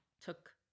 took